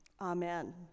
Amen